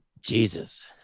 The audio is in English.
Jesus